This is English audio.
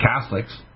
Catholics